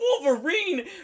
Wolverine